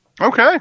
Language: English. Okay